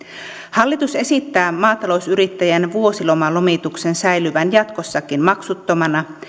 hallitus esittää maatalousyrittäjien vuosilomalomituksen säilyvän jatkossakin maksuttomana